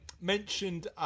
mentioned